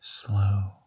Slow